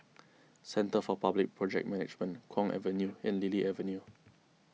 Centre for Public Project Management Kwong Avenue and Lily Avenue